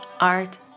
art